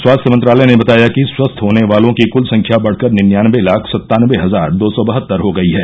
स्वास्थ्य मंत्रालय ने बताया कि स्वस्थ होने वालों की क्ल संख्या बढ़कर निन्यानबे लाख सत्तानबे हजार दो सौ बहत्तर हो गई है